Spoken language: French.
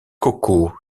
coco